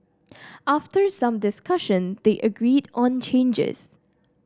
after some discussion they agreed on changes